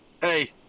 hey –